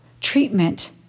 treatment